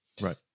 Right